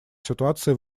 ситуации